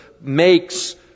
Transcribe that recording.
makes